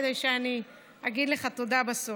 כדי שאני אגיד לך תודה בסוף.